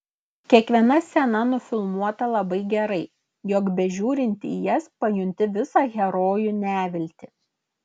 kiekviena scena nufilmuota labai gerai jog bežiūrint į jas pajunti visą herojų neviltį